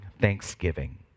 thanksgiving